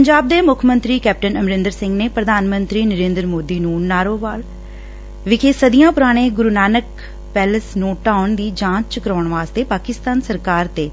ਪੰਜਾਬ ਦੇ ਮੁੱਖ ਮੰਤਰੀ ਕੈਪਟਨ ਅਮਰਿੰਦਰ ਸਿੰਘ ਨੇ ਪ੍ਰਧਾਨ ਮੰਤਰੀ ਨਰੇਦਰ ਮੋਦੀ ਨੂੰ ਨਾਰੋਵਾਲ ਵਿਖੇ ਸਦੀਆਂ ਪੂਰਾਣੇ ਗੁਰੁ ਨਾਨਕ ਪੈਲਸ ਨੂੰ ਢਾਹੁਣ ਦੀ ਜਾਂਚ ਕਰਵਾਉਣ ਵਾਸਤੇ ਪਾਕਿਸਤਾਨ ਸਰਕਾਰ ਤੇ